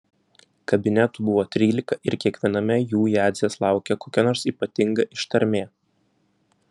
kabinetų buvo trylika ir kiekviename jų jadzės laukė kokia nors ypatinga ištarmė